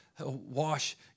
wash